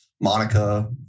Monica